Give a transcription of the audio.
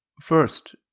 First